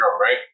right